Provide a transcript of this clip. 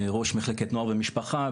ראש מחלקת נוער ומשפחה.